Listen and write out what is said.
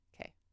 okay